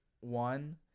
One